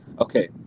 Okay